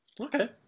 Okay